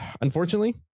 unfortunately